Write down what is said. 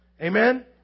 Amen